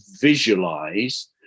visualize